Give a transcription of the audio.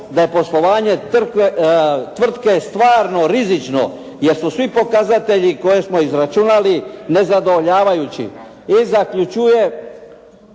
"da je poslovanje tvrtke stvarno rizično jer su svi pokazatelji koje smo izračunali nezadovoljavajući" i zaključuje